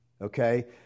Okay